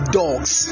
dogs